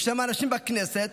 יש אנשים בכנסת,